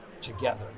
together